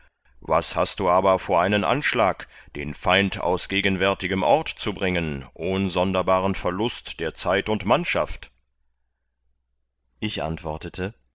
was hast du aber vor einen anschlag den feind aus gegenwärtigem ort zu bringen ohn sonderbaren verlust der zeit und mannschaft ich antwortete